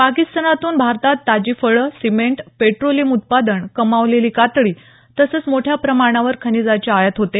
पाकिस्तानातून भारतात ताजी फळं सिमेंट पेट्रोलियम उत्पादन कमावलेली कातडी तसंच मोठ्या प्रमाणावर खनिजाची आयात होते